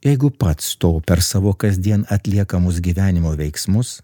jeigu pats to per savo kasdien atliekamus gyvenimo veiksmus